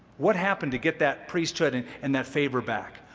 what happened to get that priesthood and and that favor back?